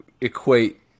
Equate